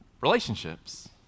relationships